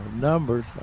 numbers